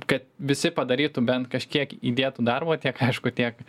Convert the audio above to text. kad visi padarytų bent kažkiek įdėtų darbo tiek aišku tiek